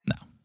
No